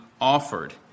offered